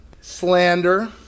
Slander